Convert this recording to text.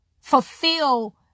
fulfill